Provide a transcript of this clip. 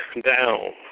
down